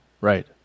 Right